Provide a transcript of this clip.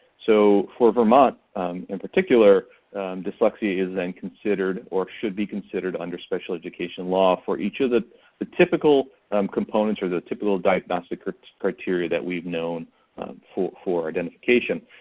so for vermont in particular dyslexia is then considered or should be considered under special education law for each of the the typical components or the typical diagnostic criteria that we've known for for identification.